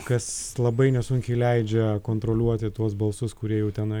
kas labai nesunkiai leidžia kontroliuoti tuos balsus kurie jau tenai